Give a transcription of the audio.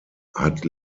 hat